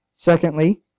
Secondly